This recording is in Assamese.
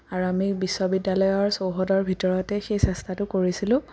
আৰু আমি বিশ্ববিদ্যালয়ৰ চৌহদৰ ভিতৰতে সেই চেষ্টাটো কৰিছিলোঁ